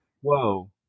Whoa